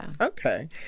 Okay